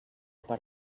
per